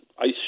Ice